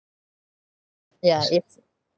yeah if